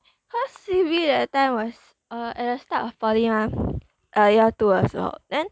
cause C_B that time was err at the start of poly mah err year two 的时候 then